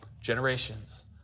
generations